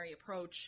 approach